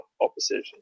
opposition